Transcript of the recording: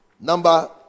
Number